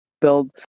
build